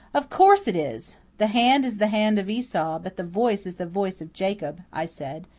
of course it is. the hand is the hand of esau, but the voice is the voice of jacob i said,